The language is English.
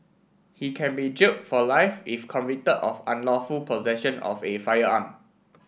he can be jailed for life if convicted of unlawful possession of a firearm